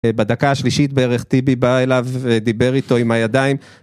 בדקה שלישית בערך טיבי בא אליו ודיבר איתו עם הידיים.